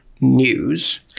news